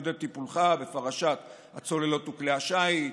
כדי טיפולך בפרשת הצוללות וכלי השיט,